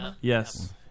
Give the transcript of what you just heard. Yes